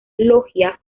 logia